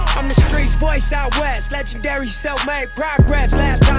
i'm the street's voice out west legendary self-made progress